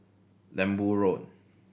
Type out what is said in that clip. Lembu Road